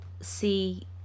see